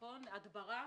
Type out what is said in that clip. הדברה.